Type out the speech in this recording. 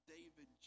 David